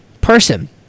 person